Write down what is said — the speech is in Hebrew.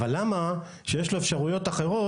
אבל למה כאשר יש לו אפשרויות אחרות,